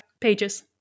pages